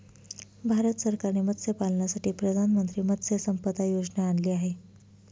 भारत सरकारने मत्स्यपालनासाठी प्रधानमंत्री मत्स्य संपदा योजना आणली आहे